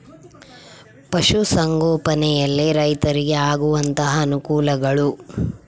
ಪಶುಸಂಗೋಪನೆಯಲ್ಲಿ ರೈತರಿಗೆ ಆಗುವಂತಹ ಅನುಕೂಲಗಳು?